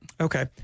Okay